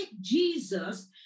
Jesus